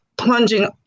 plunging